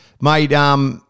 Mate